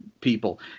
people